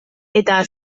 eta